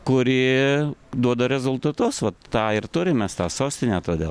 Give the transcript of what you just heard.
kuri duoda rezultatus vat tą ir turim mes tą sostinę todėl